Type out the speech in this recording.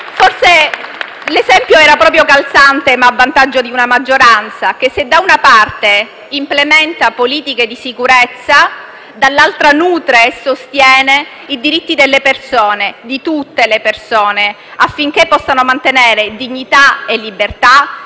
Forse l'esempio era proprio calzante, ma a vantaggio di una maggioranza che, se da una parte implementa politiche di sicurezza, dall'altra nutre e sostiene i diritti delle persone, di tutte le persone, affinché possano mantenere dignità e libertà